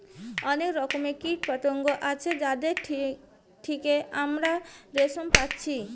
অনেক রকমের কীটপতঙ্গ আছে যাদের থিকে আমরা রেশম পাচ্ছি